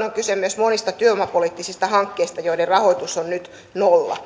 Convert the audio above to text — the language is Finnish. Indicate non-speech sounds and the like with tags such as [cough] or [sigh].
[unintelligible] on kyse myös monista työvoimapoliittisista hankkeista joiden rahoitus on nyt nolla